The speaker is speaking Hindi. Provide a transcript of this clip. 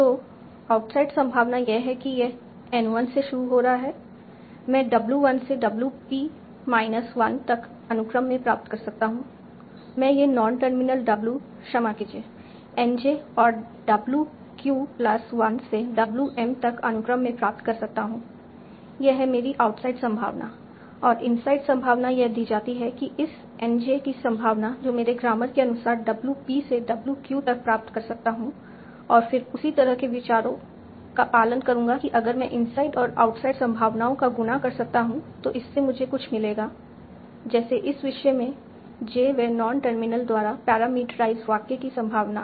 तो आउटसाइड संभावना यह है कि यह N 1 से शुरू हो रहा है मैं W 1 से W p माइनस 1 तक अनुक्रम में प्राप्त कर सकता हूं मैं यह नॉन टर्मिनल W क्षमा कीजिएगा N j और W q प्लस 1 से W m तक अनुक्रम में प्राप्त कर सकता हूं यह है मेरी आउटसाइड संभावना और इनसाइड संभावना यह दी जाती है कि इस N j की संभावना जो मेरे ग्रामर के अनुसार W p से W q तक प्राप्त कर सकता हूं और फिर उसी तरह के विचारों का पालन करूंगा कि अगर मैं इनसाइड और आउटसाइड संभावनाओं का गुणा कर सकता हूं तो इससे मुझे कुछ मिलेगा जैसे इस विशेष j वें नॉन टर्मिनल द्वारा पैरामीटराइज्ड वाक्य की संभावना